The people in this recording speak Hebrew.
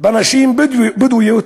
בנשים בדואיות.